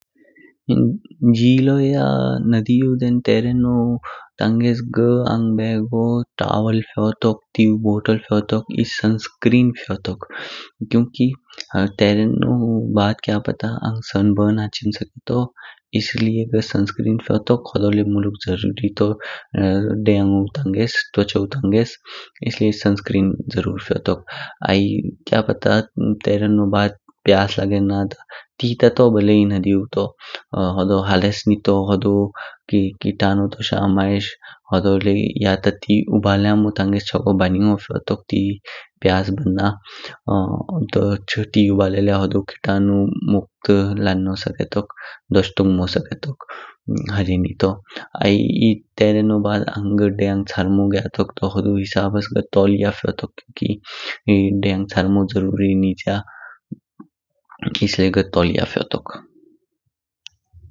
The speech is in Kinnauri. जीलो या नदीउ देन तरिएनो तांगेस घ अङ्ग बेगो तवाल फ़योरोक, तेऊ बोत्तल फ़योतोक, एह्ह सनस्क्रीन फ़योतोक। क्युकि तेरेनो बाद क्या पता आंग सन बर्न हाचिम स्केटो इसलिये घ सनस्क्रीन फ़योतोक होदो लाय मुलुक ज़रूरी तू देआइनु तांगेस, त्वचौ तांगेस इसलिये सनस्क्रीन ज़रूर फ़योतोक। आइ क्या पता तेर्नो बाद प्यास लागेना ती ता तो ब्ले ही नदीउ तू, होदो हालेस निधो होदो कीटानु तोषा मयेश होदोल्य, या ता ती उबाल्यामो तांगेस चागो बनिगो फ़योतोक प्यास बन्ना दोच ती उबालय किटाणु मुक्त लानो स्केटोक दोच तुंग्मो स्केटोक हे जे निधो। आइ एध्ह तरिनिओ बाद आंग देयान चारमो ग्यातोक तू दूध हिसाबस घ तोव्लिया फ़योतोक क्युकि देयान चारमो ज़रूरी निज्या इसलिये घ तोव्लिया फ़योतोक।